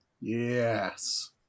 Yes